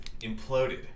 imploded